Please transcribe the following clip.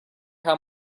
how